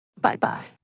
Bye-bye